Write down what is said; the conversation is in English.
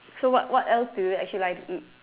so what what else do you actually like to eat